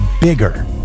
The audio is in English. bigger